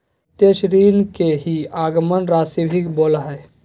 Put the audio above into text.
प्रत्यक्ष ऋण के ही आगमन राशी भी बोला हइ